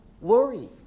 worry